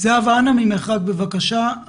בבקשה,